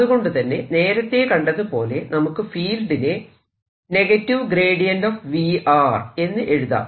അതുകൊണ്ടു തന്നെ നേരത്തെ കണ്ടതുപോലെ നമുക്ക് ഫീൽഡിനെ V എന്ന് എഴുതാം